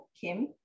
Kim